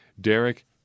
Derek